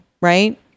right